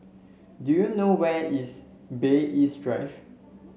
do you know where is Bay East Drive